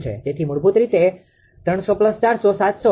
તેથી મૂળભૂત રીતે તે 300400700 હશે